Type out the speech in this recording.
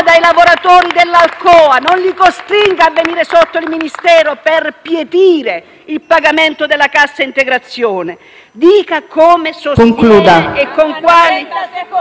dai lavoratori dell'Alcoa, non li costringa a venire sotto al Ministero per pietire il pagamento della cassa integrazione. PRESIDENTE. Concluda.